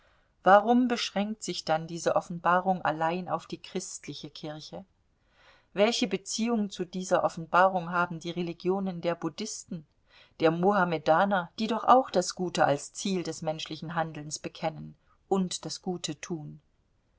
warum beschränkt sich dann diese offenbarung allein auf die christliche kirche welche beziehung zu dieser offenbarung haben die religionen der buddhisten der mohammedaner die doch auch das gute als ziel des menschlichen handelns bekennen und das gute tun